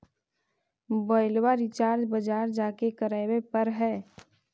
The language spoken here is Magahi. मोबाइलवा रिचार्ज बजार जा के करावे पर है?